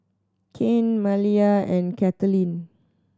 Kane Malia and Kathaleen